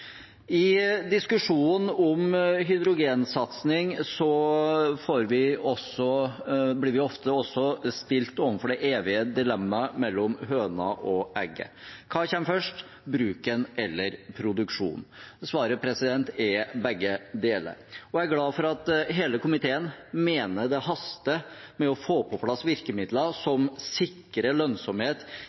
I diskusjonen om hydrogensatsing blir vi ofte også stilt overfor det evige dilemma mellom høna og egget – hva kommer først? Bruken eller produksjonen? Svaret er begge deler, og jeg er glad for at hele komiteen mener det haster med å få på plass virkemidler som sikrer lønnsomhet